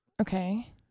Okay